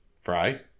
Fry